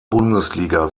bundesliga